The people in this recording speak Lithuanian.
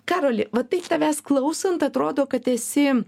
karoli va taip tavęs klausant atrodo kad esi